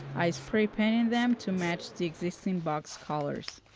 i spray painted them to match the existing box colors.